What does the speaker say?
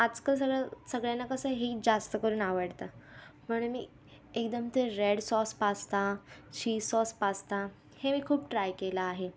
आजकाल सगळं सगळ्यांना कसं हे जास्त करून आवडतं म्हणून मी एकदम ते रेड सॉस पास्ता शी सॉस पास्ता हे मी खूप ट्राय केलं आहे